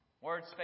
Words